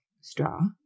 straw